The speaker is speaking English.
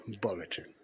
bulletin